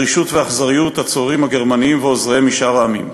ברשעות ואכזריות הצוררים הגרמנים ועוזריהם משאר העמים.